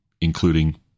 including